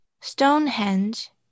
Stonehenge